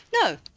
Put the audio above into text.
no